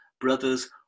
brothers